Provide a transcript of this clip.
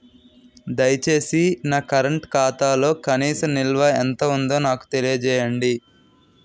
దయచేసి నా కరెంట్ ఖాతాలో కనీస నిల్వ ఎంత ఉందో నాకు తెలియజేయండి